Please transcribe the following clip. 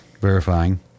verifying